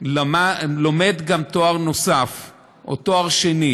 לומד גם תואר נוסף או תואר שני,